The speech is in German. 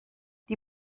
die